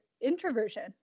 introversion